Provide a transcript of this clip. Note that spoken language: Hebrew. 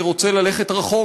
אני רוצה ללכת רחוק,